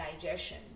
digestion